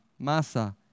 Masa